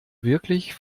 wirklich